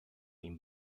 ihm